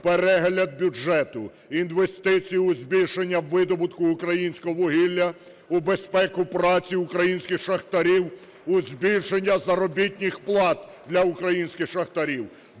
перегляд бюджету, інвестиції у збільшення видобутку українського вугілля, у безпеку праці українських шахтарів, у збільшення заробітних плат для українських шахтарів.